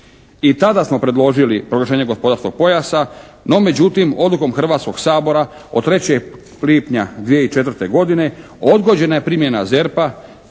i tada smo predložili proglašenje gospodarskog pojasa, no međutim odlukom Hrvatskog sabora od 3. lipnja 2004. godine odgođena je primjena ZERP-a